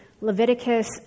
Leviticus